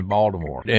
Baltimore